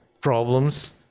problems